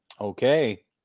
Okay